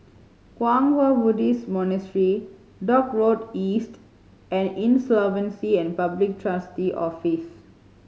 Kwang Hua Buddhist Monastery Dock Road East and Insolvency and Public Trustee Office